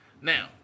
Now